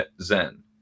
Zen